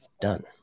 done